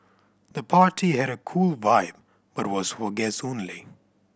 the party had a cool vibe but was for guests only